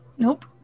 Nope